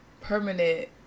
permanent